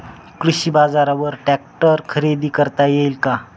कृषी बाजारवर ट्रॅक्टर खरेदी करता येईल का?